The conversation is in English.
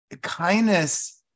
kindness